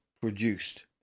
produced